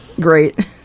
great